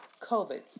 COVID